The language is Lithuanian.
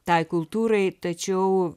tai kultūrai tačiau